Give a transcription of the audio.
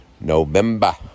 November